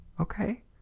okay